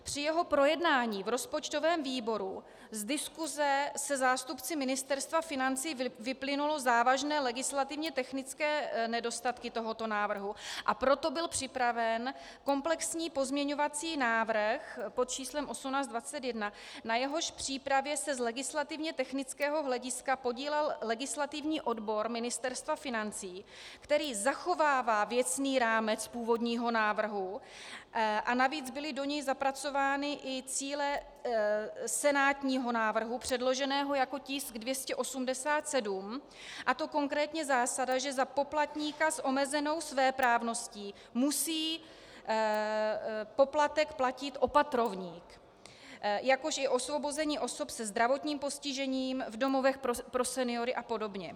Při jeho projednání v rozpočtovém výboru z diskuse se zástupci Ministerstva financí vyplynuly závažné legislativně technické nedostatky tohoto návrhu, a proto byl připraven komplexní pozměňovací návrh pod číslem 1821, na jehož přípravě se z legislativně technického hlediska podílel legislativní odbor Ministerstva financí, který zachovává věcný rámec původního návrhu, a navíc byly do něj zapracovány i cíle senátního návrhu předloženého jako tisk 287, a to konkrétně zásada, že za poplatníka s omezenou svéprávností musí poplatek platit opatrovník, jakož i osvobození osob se zdravotním postižením, v domovech pro seniory apod.